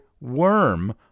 worm